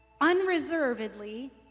unreservedly